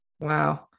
wow